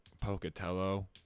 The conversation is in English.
pocatello